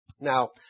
Now